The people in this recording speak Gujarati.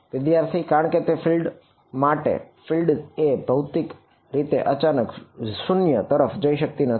વિદ્યાર્થી કારણ કે ફિલ્ડ એ ભૌતિક રીતે અચાનક 0 તરફ જઈ શકતી નથી